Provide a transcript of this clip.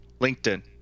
LinkedIn